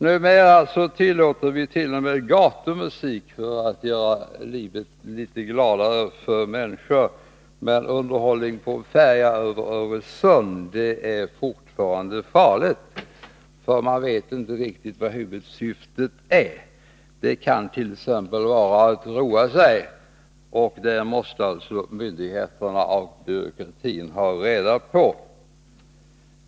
Numera tillåter vi ju t.o.m. gatumusik för att göra livet litet gladare för människor, men underhållning på en färja över Öresund är fortfarande farligt, för man vet inte riktigt vad huvudsyftet är. Det kant.ex. vara att roa sig, och det måste alltså myndigheterna och byråkratin ha reda på.